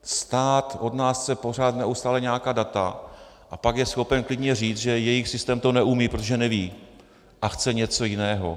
Stát od nás chce pořád, neustále, nějaká data, a pak je schopen klidně říct, že jejich systém to neumí, protože neví a chce něco jiného.